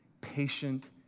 patient